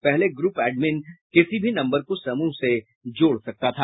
पहले group admin किसी भी नम्बर को समूह से जोड़ सकता था